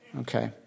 Okay